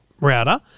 router